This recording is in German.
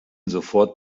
sofort